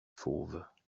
fauves